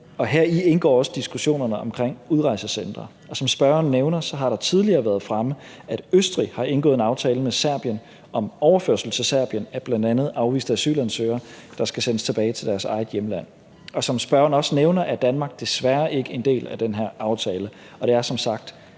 Heri indgår også diskussionerne om udrejsecentre, og som spørgeren nævner, har det tidligere været fremme, at Østrig har indgået en aftale med Serbien om overførsel til Serbien af bl.a. afviste asylansøgere, der skal sendes tilbage til deres eget hjemland. Som spørgeren også nævner, er Danmark desværre ikke en del af den her aftale,